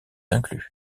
inclus